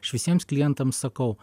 aš visiems klientams sakau